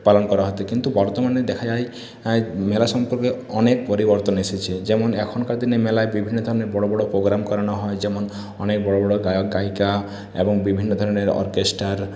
পালন করা হত কিন্তু বর্তমানে দেখা যায় আই মেলা সম্পর্কে অনেক পরিবর্তন এসেছে যেমন এখনকার দিনে মেলায় বিভিন্ন ধরনের বড় বড় পোগ্রাম করানো হয় যেমন অনেক বড় বড় গায়ক গায়িকা এবং বিভিন্ন ধরনের অর্কেস্টার